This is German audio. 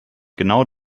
genau